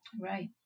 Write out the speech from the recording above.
Right